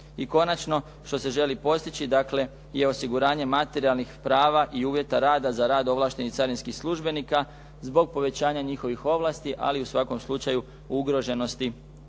I konačno što se želi postići, dakle je osiguranje materijalnih prava i uvjeta rada za rad ovlaštenih carinskih službenika zbog povećanja njihovih ovlasti, ali i u svakom slučaju ugroženosti